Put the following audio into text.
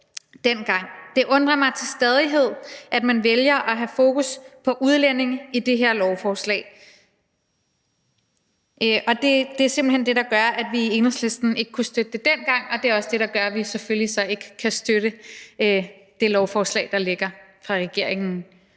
Det undrer mig til stadighed, at man vælger at have fokus på udlændinge i det her lovforslag, og det var simpelt hen det, der gjorde, at vi ikke kunne støtte det dengang, og det er også det, der gør, at vi så selvfølgelig ikke kan støtte det lovforslag, der nu ligger fra regeringen.